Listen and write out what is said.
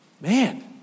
man